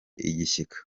igishyika